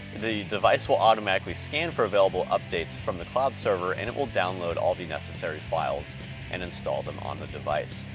the device will automatically scan for available updates from the cloud server and it will download all the necessary files and install them on the device.